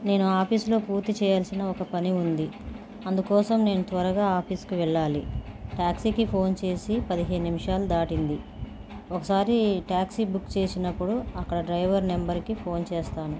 నేను ఆఫీస్లో పూర్తి చేయాల్సిన ఒక పని ఉంది అందుకోసం నేను త్వరగా ఆఫీస్కి వెళ్ళాలి ట్యాక్సీకి ఫోన్ చేసి పదిహేను నిమిషాలు దాటింది ఒకసారి ట్యాక్సీ బుక్ చేసినప్పుడు అక్కడ డ్రైవర్ నెంబర్కి ఫోన్ చేస్తాను